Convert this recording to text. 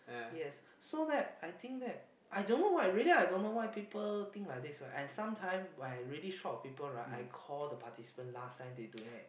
yes so that I think that I don't know why really I don't know why people think like this and sometimes when I short of people right I call the participants last time they doing it